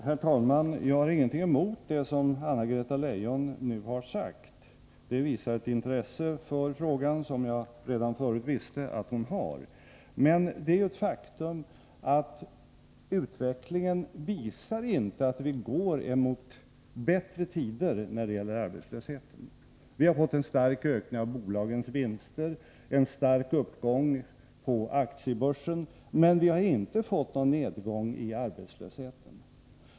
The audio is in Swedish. Herr talman! Jag har ingenting emot det som Anna-Greta Leijon nu har sagt. Det visar ett intresse för frågan som jag redan förut visste att hon har. Men det är ett faktum att utvecklingen inte tyder på att vi går mot bättre tider när det gäller arbetslösheten. Vi har fått en stark ökning av bolagens vinster och en stark uppgång på aktiebörsen, men vi har inte fått någon nedgång i arbetslösheten.